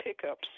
pickups